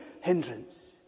hindrance